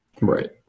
right